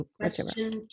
Question